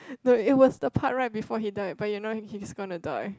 no it was the part right before he died but you know he's gonna die